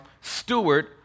steward